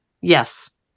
Yes